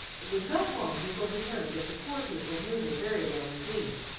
it was not long before he learned that the poor people knew her very well indeed.